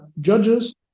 judges